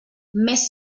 més